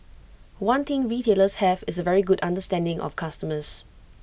one thing retailers have is A very good understanding of customers